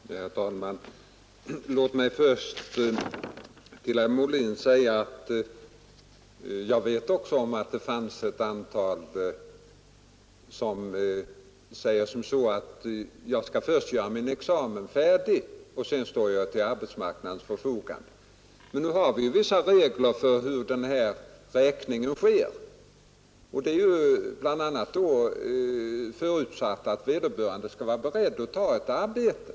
Herr talman! Låt mig först säga till herr Molin att även jag vet att det finns ett antal akademiker som säger: Jag skall först göra min examen färdig; sedan står jag till arbetsmarknadens förfogande. Men nu har vi ju vissa regler för hur denna räkning skall göras, och där är det förutsatt att vederbörande skall vara beredd att ta ett arbete.